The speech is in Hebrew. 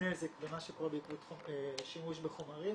נזק במה שקורה בעקבות השימוש בחומרים,